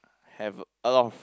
have a lot of